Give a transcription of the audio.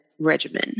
regimen